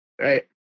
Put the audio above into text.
right